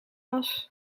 was